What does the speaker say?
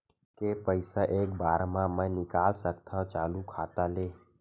के पईसा एक बार मा मैं निकाल सकथव चालू खाता ले?